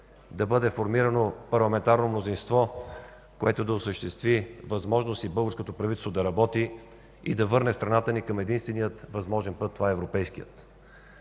да бъде формирано парламентарно мнозинство, което да осъществи възможност и българското правителство да работи и да върне страната към единствения възможен път – това е европейският.